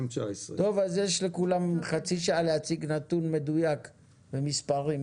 יש לכולם חצי שעה להציג נתון מדויק במספרים,